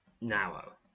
narrow